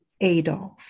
adolf